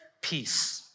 Peace